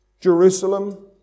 Jerusalem